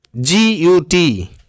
G-u-t